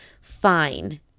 fine